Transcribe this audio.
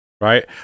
Right